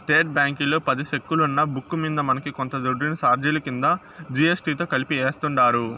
state బ్యాంకీలో పది సెక్కులున్న బుక్కు మింద మనకి కొంత దుడ్డుని సార్జిలు కింద జీ.ఎస్.టి తో కలిపి యాస్తుండారు